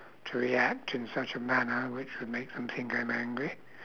to react in such a manner which would make them think I'm angry